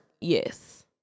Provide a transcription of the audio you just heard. yes